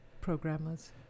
programmers